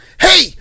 hey